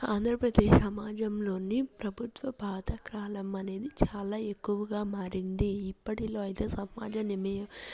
ఆంధ్రప్రదేశ్ సమాజంలోని ప్రభుత్వ పాత కాలం అనేది చాలా ఎక్కువగా మారింది ఇప్పటిలో అయితే సమాజ నిమయం